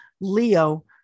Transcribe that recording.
Leo